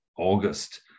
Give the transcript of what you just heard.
August